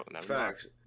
Facts